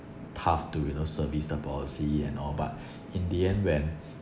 tough to you know service the policy and all but in the end when